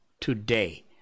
today